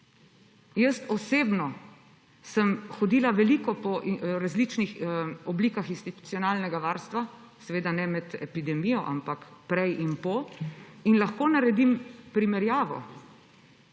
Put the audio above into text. Jaz osebno sem hodila veliko po različnih oblikah institucionalnega varstva. Seveda ne med epidemijo, ampak prej in po, in lahko naredim primerjavo